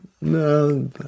No